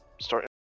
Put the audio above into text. start